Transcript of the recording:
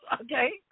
Okay